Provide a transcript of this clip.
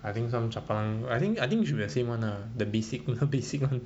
I think some chapalang I think I think it should be the same [one] ah the basic basic [one] ah